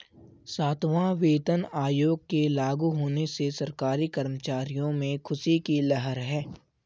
सातवां वेतन आयोग के लागू होने से सरकारी कर्मचारियों में ख़ुशी की लहर है